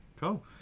cool